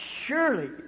surely